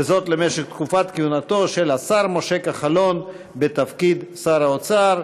למשך תקופת כהונתו של השר משה כחלון בתפקיד שר האוצר.